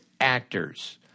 actors